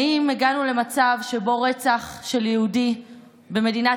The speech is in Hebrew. האם הגענו למצב שבו רצח של יהודי במדינת